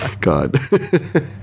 God